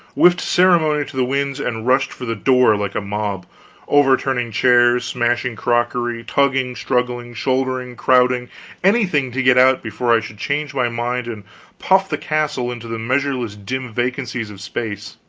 whiffed ceremony to the winds, and rushed for the door like a mob overturning chairs, smashing crockery, tugging, struggling, shouldering, crowding anything to get out before i should change my mind and puff the castle into the measureless dim vacancies of space.